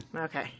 Okay